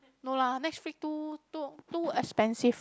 no lah Netflix too too too expensive